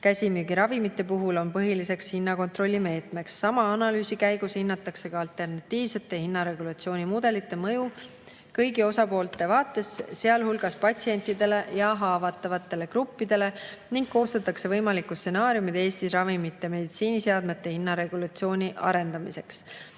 käsimüügiravimite puhul on põhiliseks hinnakontrolli meetmeks. Sama analüüsi käigus hinnatakse alternatiivsete hinnaregulatsiooni mudelite mõju kõigi osapoolte vaates, sealhulgas patsientidele ja haavatavatele gruppidele, ning koostatakse võimalikud stsenaariumid Eestis ravimite ja meditsiiniseadmete hinnaregulatsiooni arendamiseks.